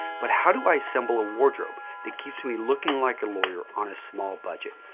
but how do i assemble a wardrobe that keeps me looking like a lawyer on a small budget?